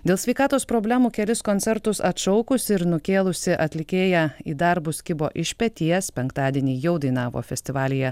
dėl sveikatos problemų kelis koncertus atšaukusi ir nukėlusi atlikėja į darbus kibo iš peties penktadienį jau dainavo festivalyje